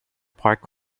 park